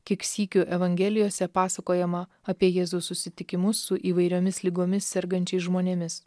kiek sykių evangelijose pasakojama apie jėzaus susitikimus su įvairiomis ligomis sergančiais žmonėmis